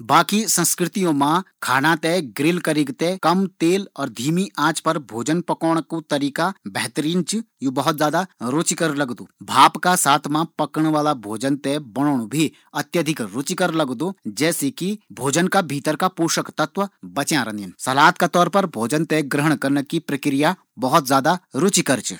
बाकी संस्कृतियों मा खाना ते कम तेल और धीमी आंच पर ग्रिल करिक ते पकोंण कु तरीका बेहतरीन होन्दु, भाप का सस्था मा भोजन ते पकोण कु तरीका भी बढ़िया होन्दु।